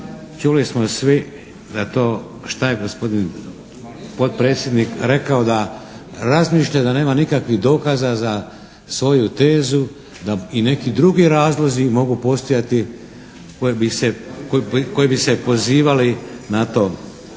čuli smo svi za to šta je gospodin potpredsjednik rekao da razmišlja da nema nikakvih dokaza za svoju tezu da i neki drugi razlozi mogu postojati koji bi se pozivali na to